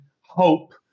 hope